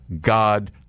God